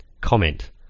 Comment